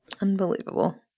Unbelievable